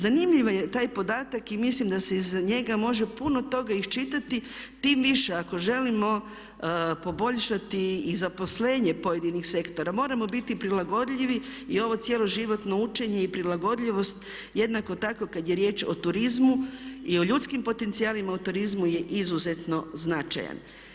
Zanimljiv je taj podatak i mislim da se iz njega može puno toga iščitati tim više ako želimo poboljšati i zaposlenje pojedinih sektora, moramo biti prilagodljivi i ovo cjeloživotno učenje i prilagodljivost jednako tako kada je riječ o turizmu i o ljudskim potencijalima u turizmu je izuzetno značajan.